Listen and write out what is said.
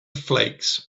flakes